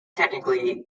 technically